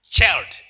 Child